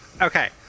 okay